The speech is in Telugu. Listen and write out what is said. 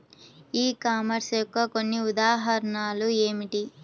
ఈ కామర్స్ యొక్క కొన్ని ఉదాహరణలు ఏమిటి?